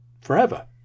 forever